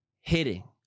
hitting